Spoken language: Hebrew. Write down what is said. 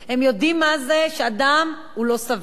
הם יודעים מה זה שאדם לא שבע.